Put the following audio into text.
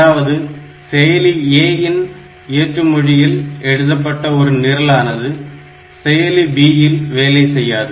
அதாவது செயலி A இன் இயற்று மொழியில் எழுதப்பட்ட ஒரு நிரலானது செயலி B இல் வேலை செய்யாது